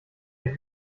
der